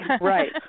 right